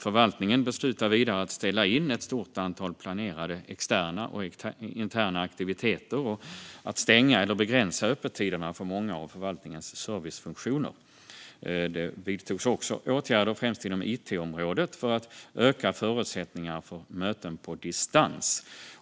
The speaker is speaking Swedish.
Förvaltningen beslutade vidare att ställa in ett stort antal planerade externa och interna aktiviteter och att stänga eller begränsa öppettiderna för många av förvaltningens servicefunktioner. Det vidtogs även åtgärder främst inom it-området för att öka förutsättningarna för möten på distans.